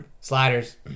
Sliders